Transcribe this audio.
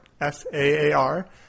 S-A-A-R